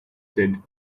said